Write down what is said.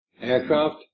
aircraft